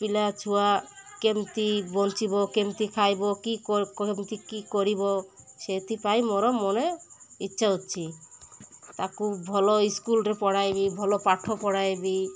ପିଲା ଛୁଆ କେମିତି ବଞ୍ଚିବ କେମିତି ଖାଇବ କି କେମିତି କି କରିବ ସେଥିପାଇଁ ମୋର ମନେ ଇଚ୍ଛା ଅଛି ତାକୁ ଭଲ ସ୍କୁଲରେ ପଢ଼ାଇବି ଭଲ ପାଠ ପଢ଼ାଇବି